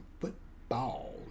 football